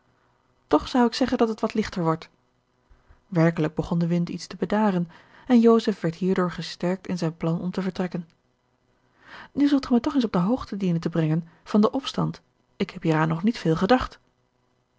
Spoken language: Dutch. toch zou ik zeggen dat het wat lichter wordt werkelijk begon de wind iets te bedaren en joseph werd hierdoor gesterkt in zijn plan om te vertrekken nu zult ge mij toch eens op de hoogte dienen te brengen van den opstand ik heb hieraan nog niet veel gedacht